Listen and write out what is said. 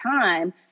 time